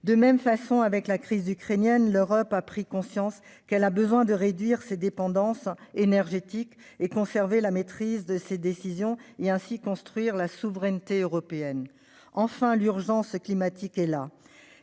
la même façon, avec la crise ukrainienne, l'Union européenne a pris conscience qu'elle avait besoin de réduire sa dépendance énergétique, de conserver la maîtrise de ses décisions et de construire la « souveraineté européenne ». Enfin, l'urgence climatique est là.